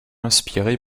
inspiré